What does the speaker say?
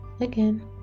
again